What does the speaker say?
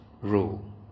rule